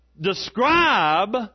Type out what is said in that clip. describe